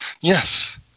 Yes